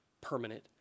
permanent